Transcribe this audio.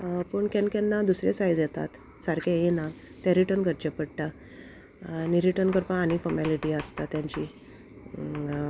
पूण केन्ना केन्ना दुसरें सायज येतात सारकें येना तें रिटन करचें पडटा आनी रिटन करपाक आनी फोमेलिटी आसता तेंची